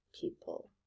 people